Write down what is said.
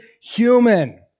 human